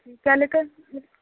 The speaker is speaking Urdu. جی کیا کر